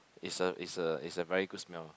is a is a is a very good smell